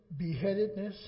beheadedness